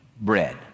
bread